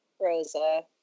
Rosa